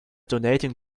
donating